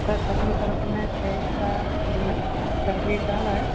sir छत में sir अपन ने छे इंच का कंक्रीट डाला है